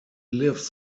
lives